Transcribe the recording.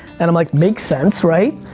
and i'm like makes sense, right?